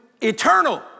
eternal